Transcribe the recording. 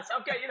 Okay